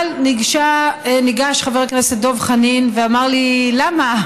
אבל ניגש חבר הכנסת דב חנין ואמר לי: למה?